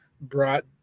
brought